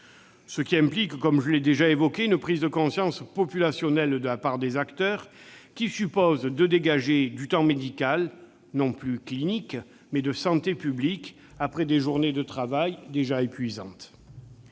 Cela implique, comme je l'ai déjà évoqué, une prise de conscience populationnelle de la part des acteurs, laquelle suppose de dégager du temps médical, non plus clinique, mais de santé publique, après des journées de travail déjà épuisantes.